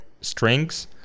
strings